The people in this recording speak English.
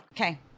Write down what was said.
Okay